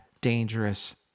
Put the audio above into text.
dangerous